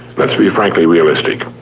let's be frankly realistic.